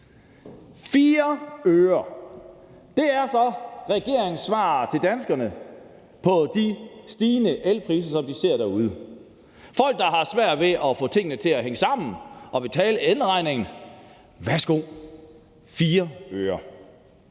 4 øre – det er så regeringens svar til danskerne på de stigende elpriser, som vi ser derude. Til folk, der har svært ved at få tingene til at hænge sammen og betale elregningen, siger